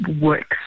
works